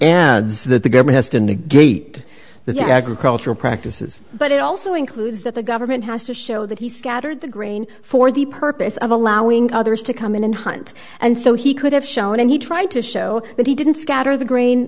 that the government has to negate the agricultural practices but it also includes that the government has to show that he scattered the grain for the purpose of allowing others to come in and hunt and so he could have shown and he tried to show that he didn't scatter the grain